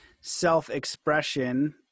self-expression